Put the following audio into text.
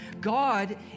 God